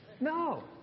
No